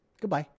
goodbye